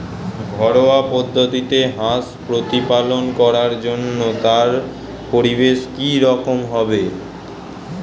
ঘরোয়া পদ্ধতিতে হাঁস প্রতিপালন করার জন্য তার পরিবেশ কী রকম হবে?